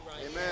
Amen